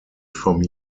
from